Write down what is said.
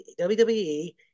WWE